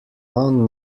non